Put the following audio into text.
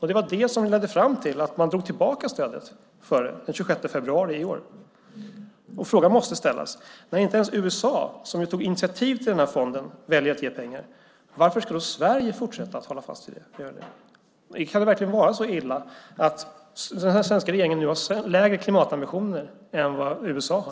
Det var det som ledde fram till att man drog tillbaka stödet för det den 26 februari i år. Frågan måste ställas: När inte ens USA som tog initiativ till den här fonden väljer att ge pengar, varför ska då Sverige fortsätta att hålla fast vid det? Kan det verkligen vara så illa att den svenska regeringen har lägre klimatambitioner än vad USA har?